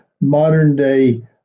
modern-day